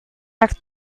back